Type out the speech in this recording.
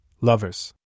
lovers